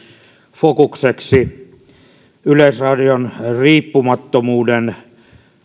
fokukseksi yleisradion riippumattomuuden